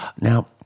Now